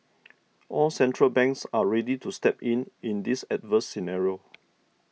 all central banks are ready to step in in this adverse scenario